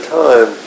time